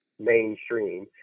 mainstream